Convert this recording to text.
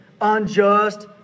unjust